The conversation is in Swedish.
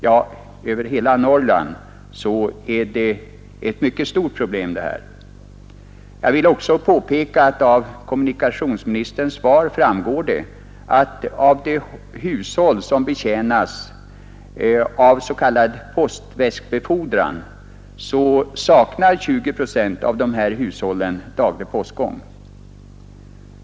Ja, för hela Norrland är detta ett mycket stort problem. Jag vill också påpeka att av kommunikationsministerns svar framgår, att av de hushåll, som betjänas genom s.k. postväskbefordran, 20 procent saknar daglig postgång.